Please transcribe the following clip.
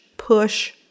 push